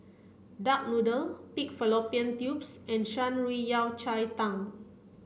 duck noodle Pig Fallopian Tubes and Shan Rui Yao Cai Tang